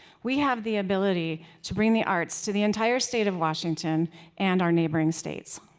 we have the ability to bring the arts to the entire state of washington and our neighboring states.